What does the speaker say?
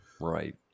right